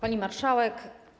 Pani Marszałek!